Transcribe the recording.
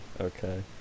Okay